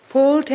Paul